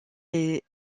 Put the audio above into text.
les